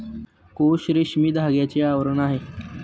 कोश रेशमी धाग्याचे आवरण आहे